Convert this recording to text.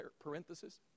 parenthesis